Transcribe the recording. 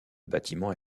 bâtiment